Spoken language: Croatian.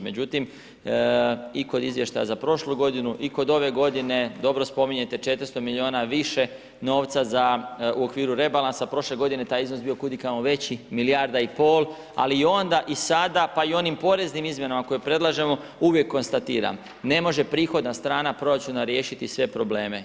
Međutim, i kod izvještaja za prošlu g. i kod ove g. dobro spominjete 400 milijuna više novca za u okviru rebalansa, prošle g. taj iznos je bio kud i kamo veći, milijarda i pol, ali i onda i sada pa i onim poreznim izmjenama koje predlažemo, uvijek konstatiram, ne može prihodna strana proračuna riješiti sve probleme.